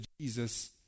Jesus